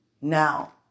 Now